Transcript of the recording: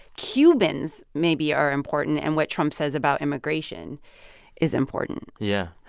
cubans maybe are important, and what trump says about immigration is important yeah.